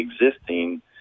existing